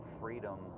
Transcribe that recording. freedom